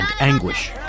anguish